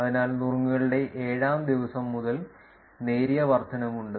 അതിനാൽ നുറുങ്ങുകളുടെ 7 ആം ദിവസം മുതൽ നേരിയ വർദ്ധനവ് ഉണ്ട്